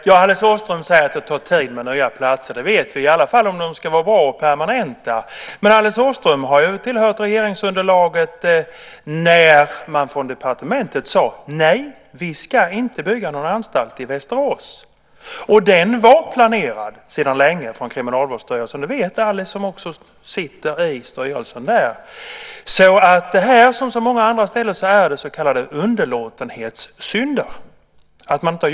Fru talman! Jag vet inte hur jag ska uppfatta det sista, men vi tar gärna ansvaret för helheten. Vi kan ta över alltsammans. Jag kan inte påstå att vi kommer att lyckas med en gång, men förutsättningarna för att nå en bättre framgång med kriminalvårdsfrågorna skulle nog bli större. Ibland får jag en känsla av att Alice stöder sådant som egentligen går emot det som hon tycker själv. Det kommer att ta tid.